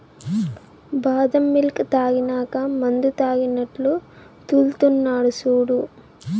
బాదం మిల్క్ తాగినాక మందుతాగినట్లు తూల్తున్నడు సూడు